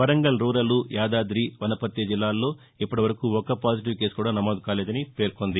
Warangal rural Yadadri Wanaparthy జిల్లాల్లో ఇప్పటి వరకు ఒక్క పాజిటివ్ కేసు కూడా నమోదు కాలేదని పేర్కొంది